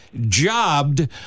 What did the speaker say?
jobbed